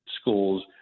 schools